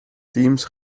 teams